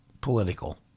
political